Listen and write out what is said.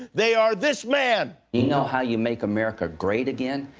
they are this man! you know how you make america great again?